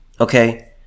Okay